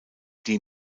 die